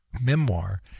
memoir